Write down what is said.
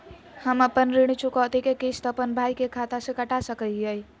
हम अपन ऋण चुकौती के किस्त, अपन भाई के खाता से कटा सकई हियई?